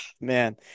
man